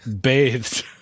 bathed